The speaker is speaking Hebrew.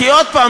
כי עוד פעם,